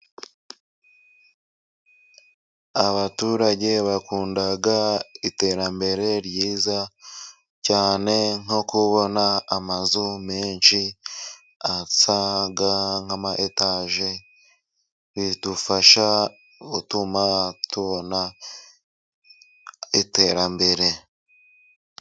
Abaturage bakunda iterambere ryiza cyane nko kubona amazu menshi asa nk'ametage. Bidufasha gutuma tubona iterambere.